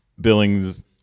Billings